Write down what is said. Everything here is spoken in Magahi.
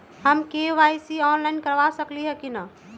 हम के.वाई.सी ऑनलाइन करवा सकली ह कि न?